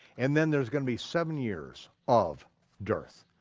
and then there's gonna be seven years of dearth,